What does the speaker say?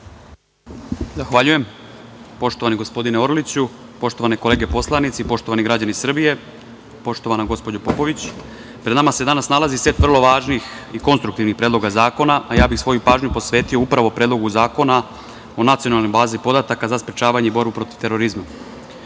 Zahvaljujem. Poštovani gospodine Orliću, poštovane kolege poslanici, poštovani građani Srbije, poštovana gospođo Popović, pred nama se danas nalazi set vrlo važnih i konstruktivnih predloga zakona, a ja bih svoju pažnju posvetio upravo Predlogu Zakona o nacionalnoj bazi podataka za sprečavanje i borbu protiv terorizma. Terorizam